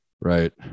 Right